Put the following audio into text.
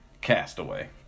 castaway